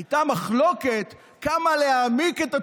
הייתה מחלוקת כמה להעמיק את הציונות,